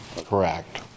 Correct